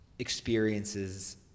experiences